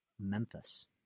Memphis